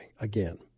again